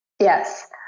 yes